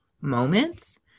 moments